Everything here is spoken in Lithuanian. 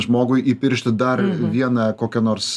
žmogui įpiršti dar vieną kokią nors